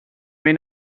may